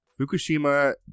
Fukushima